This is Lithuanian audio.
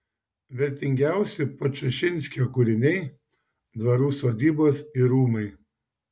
vertingiausi podčašinskio kūriniai dvarų sodybos ir rūmai